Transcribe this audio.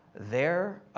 their